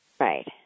right